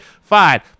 fine